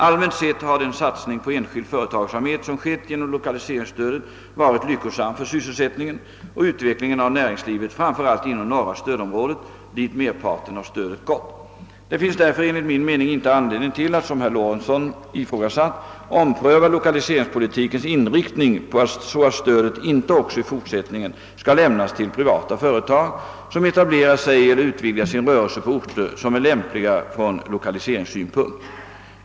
Allmänt sett har den satsning på enskild företagsamhet som skett genom lokaliseringsstödet varit lyckosam för sysselsättningen och utvecklingen av näringslivet, framför allt inom norra stödområdet, dit merparten av stödet gått. Det finns därför enligt min mening inte anledning till att, som herr Lorentzon ifrågasatt, ompröva lokaliseringspolitikens inriktning, så att stödet inte också i fortsättningen skall lämnas till privata företag, som etablerar sig eller utvidgar sin rörelse på orter som är lämpliga från lokaliseringssynpunkt.